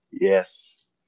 Yes